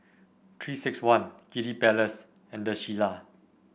Three six one Kiddy Palace and The Shilla